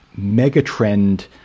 megatrend